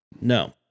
No